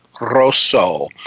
Rosso